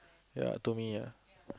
ya told me ah